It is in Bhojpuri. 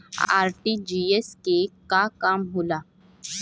आर.टी.जी.एस के का काम होला?